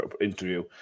interview